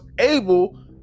able